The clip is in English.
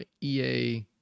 EA